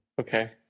Okay